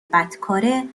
بدکاره